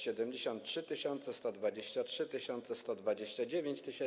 73 tys., 123 tys., 129 tys.